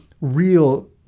real